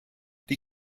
die